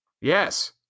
Yes